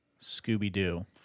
Scooby-Doo